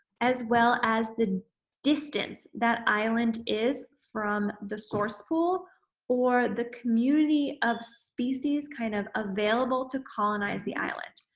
as well as, the distance that island is from the source pool or the community of species kind of available to colonize the island.